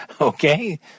okay